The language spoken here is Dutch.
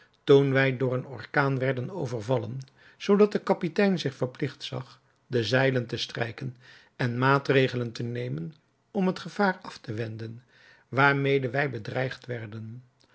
toen wij door een orkaan werden overvallen zoodat de kapitein zich verpligt zag de zeilen te strijken en maatregelen te nemen om het gevaar af te wenden waarmede wij bedreigd werden